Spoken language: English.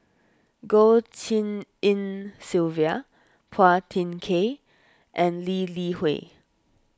Goh Tshin En Sylvia Phua Thin Kiay and Lee Li Hui